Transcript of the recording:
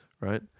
right